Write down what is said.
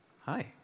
Hi